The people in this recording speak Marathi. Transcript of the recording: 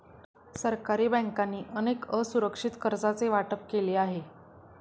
सरकारी बँकांनी अनेक असुरक्षित कर्जांचे वाटप केले आहे